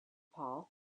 paul